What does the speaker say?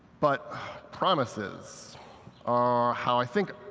but promises are how, i think,